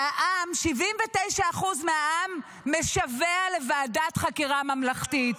ש-79% מהעם משווע לוועדת חקירה ממלכתית.